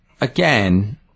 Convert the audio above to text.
again